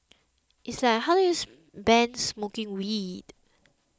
it's like how do you ban smoking weed